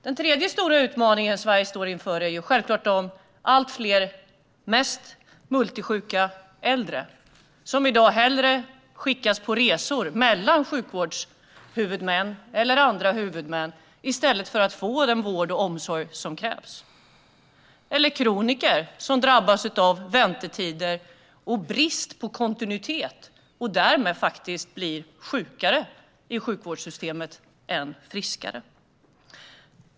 Den tredje stora utmaning Sverige står inför är de allt fler multisjuka äldre, som i dag hellre skickas på resor mellan sjukvårdshuvudmän eller andra huvudmän än att man ger dem den vård och omsorg som krävs. Det handlar också om kroniker, som drabbas av väntetider och brist på kontinuitet och därmed blir sjukare i sjukvårdssystemet än friskare.